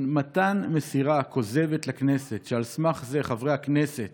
מתן מסירה כוזבת לכנסת, שעל סמך זה חברי הכנסת